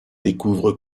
découvre